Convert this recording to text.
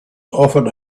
offered